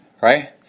right